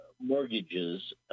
mortgages